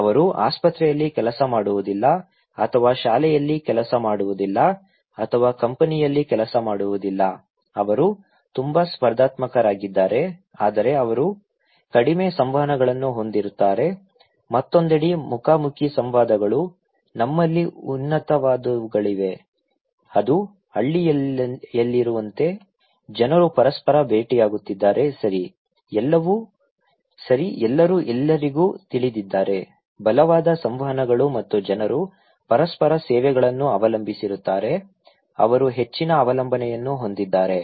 ಅವರು ಆಸ್ಪತ್ರೆಯಲ್ಲಿ ಕೆಲಸ ಮಾಡುವುದಿಲ್ಲ ಅಥವಾ ಶಾಲೆಯಲ್ಲಿ ಕೆಲಸ ಮಾಡುವುದಿಲ್ಲ ಅಥವಾ ಕಂಪನಿಯಲ್ಲಿ ಕೆಲಸ ಮಾಡುವುದಿಲ್ಲ ಅವರು ತುಂಬಾ ಸ್ಪರ್ಧಾತ್ಮಕರಾಗಿದ್ದಾರೆ ಆದರೆ ಅವರು ಕಡಿಮೆ ಸಂವಹನಗಳನ್ನು ಹೊಂದಿರುತ್ತಾರೆ ಮತ್ತೊಂದೆಡೆ ಮುಖಾಮುಖಿ ಸಂವಾದಗಳು ನಮ್ಮಲ್ಲಿ ಉನ್ನತವಾದವುಗಳಿವೆ ಅದು ಹಳ್ಳಿಯಲ್ಲಿರುವಂತೆ ಜನರು ಪರಸ್ಪರ ಭೇಟಿಯಾಗುತ್ತಿದ್ದಾರೆ ಸರಿ ಎಲ್ಲರೂ ಎಲ್ಲರಿಗೂ ತಿಳಿದಿದ್ದಾರೆ ಬಲವಾದ ಸಂವಹನಗಳು ಮತ್ತು ಜನರು ಪರಸ್ಪರ ಸೇವೆಗಳನ್ನು ಅವಲಂಬಿಸಿರುತ್ತಾರೆ ಅವರು ಹೆಚ್ಚಿನ ಅವಲಂಬನೆಯನ್ನು ಹೊಂದಿದ್ದಾರೆ